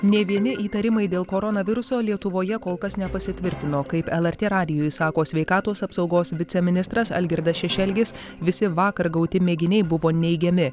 nė vieni įtarimai dėl koronaviruso lietuvoje kol kas nepasitvirtino kaip lrt radijui sako sveikatos apsaugos viceministras algirdas šešelgis visi vakar gauti mėginiai buvo neigiami